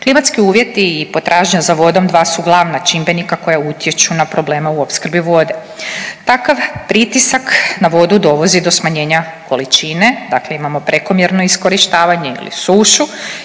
Klimatski uvjeti i potražnja za vodom dva su glavna čimbenika koja utječu na probleme u opskrbi vode. Takav pritisak na vodu dovozi do smanjenja količine. Dakle, imamo prekomjerno iskorištavanje ili sušu